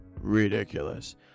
ridiculous